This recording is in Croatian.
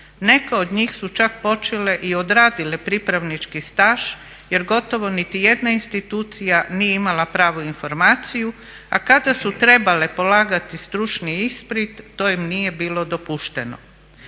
Neke od njih su čak počele i odradile pripravnički staž jer gotovo niti jedna institucija nije imala pravu informaciju a kada su trebale polagati stručni ispit to im nije bilo dopušteno.